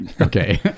okay